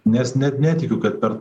nes ne netikiu kad per